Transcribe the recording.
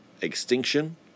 extinction